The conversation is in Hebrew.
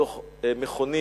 בתוך מכונית,